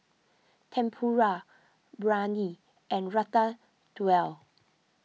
Tempura Biryani and Ratatouille